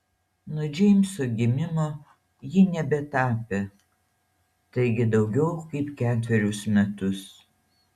nuo džeimso gimimo ji nebetapė taigi daugiau kaip ketverius metus